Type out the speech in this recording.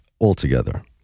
altogether